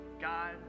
God